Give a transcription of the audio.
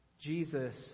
Jesus